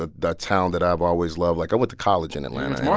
ah the town that i've always loved. like, i went to college in atlanta. yeah